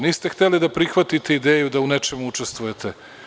Niste hteli da prihvatite ideju da u nečemu učestvujete.